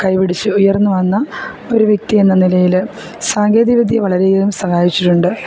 കൈപിടിച്ച് ഉയർന്നുവന്ന ഒരു വ്യക്തിയെന്ന നിലയില് സാങ്കേതിവിദ്യ വളരെയധികം സഹായിച്ചിട്ടുണ്ട്